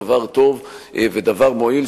דבר טוב ודבר מועיל,